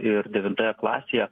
ir devintoje klasėje